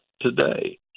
today